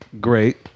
Great